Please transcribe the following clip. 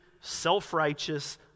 self-righteous